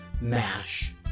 MASH